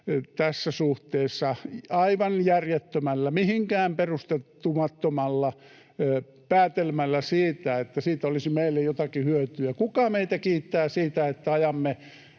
tässä suhteessa, aivan järjettömällä, mihinkään perustumattomalla päätelmällä siitä, että siitä olisi meille jotakin hyötyä. Kuka meitä kiittää siitä, että ajamme